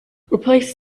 replace